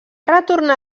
retornar